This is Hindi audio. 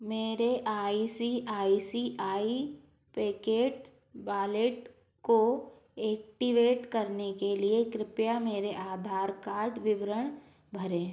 मेरे I C I C I packet wallet को ऐक्टिवेट करने के लिए कृपया मेरे आधार कार्ड विवरण भरें